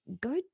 go